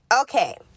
okay